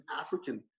African